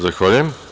Zahvaljujem.